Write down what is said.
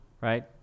right